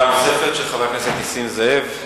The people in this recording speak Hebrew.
שאלה נוספת לחבר הכנסת נסים זאב.